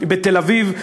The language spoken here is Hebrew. בתל-אביב,